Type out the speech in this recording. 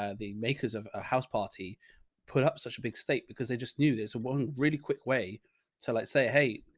ah the makers of a house party put up such a big state because they just knew this one one really quick way to, let's say, hey,